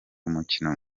umukino